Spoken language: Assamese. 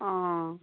অঁ